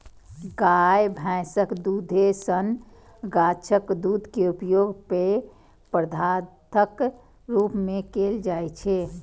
गाय, भैंसक दूधे सन गाछक दूध के उपयोग पेय पदार्थक रूप मे कैल जाइ छै